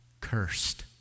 cursed